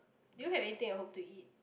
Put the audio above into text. do you have anything at home to eat